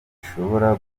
gishobora